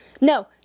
No